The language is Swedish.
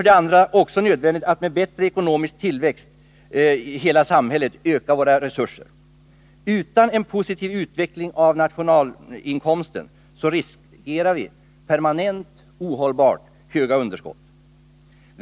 Det är också nödvändigt med en bättre ekonomisk tillväxt i hela samhället. Utan en positiv utveckling av nationalinkomsten riskerar vi permanent ohållbart stora underskott.